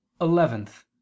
Eleventh